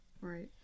Right